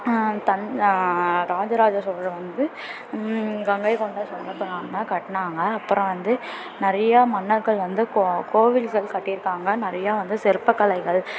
தன் ராஜராஜ சோழன் வந்து கங்கை கொண்ட சோழபுரம் அவங்க கட்டினாங்க அப்புறம் வந்து நிறையா மன்னர்கள் வந்து கோ கோவில்கள் கட்டியிருக்காங்க நிறையா வந்து சிற்ப கலைகள்